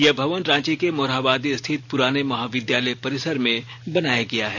यह भवन रांची के मोरहाबादी स्थित पूराने महाविद्यालय परिसर में बनाया गया है